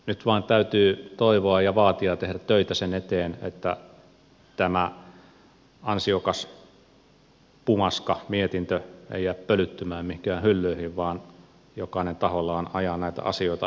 nyt vain täytyy toivoa ja vaatia ja tehdä töitä sen eteen että tämä ansiokas pumaska mietintö ei jää pölyttymään mihinkään hyllyihin vaan jokainen tahollaan ajaa näitä asioita eteenpäin